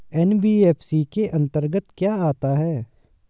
NBFC के अंतर्गत क्या आता है?